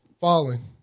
Falling